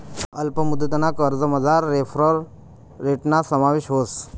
अल्प मुदतना कर्जमझार रेफरल रेटना समावेश व्हस